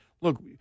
look